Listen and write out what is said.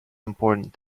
important